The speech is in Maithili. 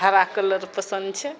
हरा कलर पसन्द छै